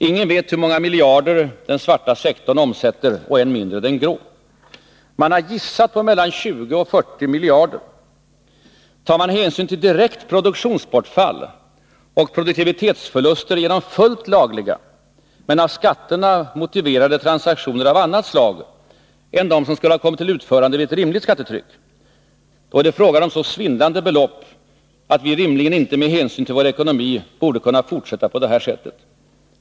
Ingen vet hur många miljarder den svarta sektorn omsätter, än mindre den grå. Man har gissat på mellan 20 och 40 miljarder. Tar man hänsyn till direkt produktionsbortfall och produktivitetsförluster genom fullt lagliga men av skatterna motiverade transaktioner av annat slag än dem som skulle ha kommit till utförande vid ett rimligt skattetryck, är det fråga om så svindlande belopp att vi rimligen inte, med hänsyn till vår ekonomi, kan fortsätta på det här sättet.